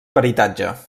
peritatge